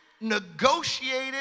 negotiated